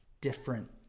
different